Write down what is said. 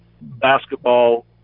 basketball